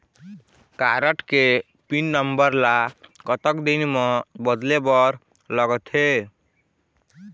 Card के pin number ला कतक दिन म बदले बर लगथे?